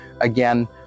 again